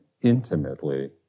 intimately